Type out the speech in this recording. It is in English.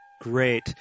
Great